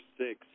six